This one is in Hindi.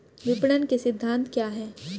विपणन के सिद्धांत क्या हैं?